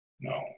No